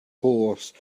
course